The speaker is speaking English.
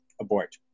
abort